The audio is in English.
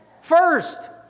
First